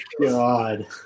God